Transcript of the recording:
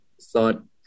thought